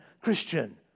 Christian